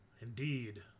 Indeed